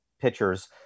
pitchers